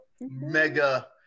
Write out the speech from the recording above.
mega